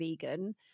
vegan